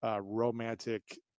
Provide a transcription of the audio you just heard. romantic